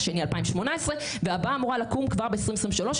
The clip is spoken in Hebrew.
השני 2018 והבאה אמורה לקום כבר ב-2023.